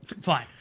Fine